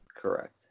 Correct